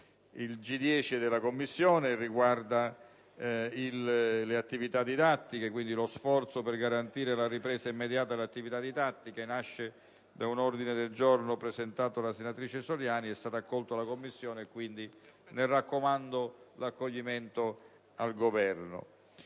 G10, della Commissione, riguarda lo sforzo per garantire la ripresa immediata delle attività didattiche: nato da un ordine del giorno presentato dalla senatrice Soliani, è stato accolto dalla Commissione, quindi ne raccomando l'accoglimento al Governo.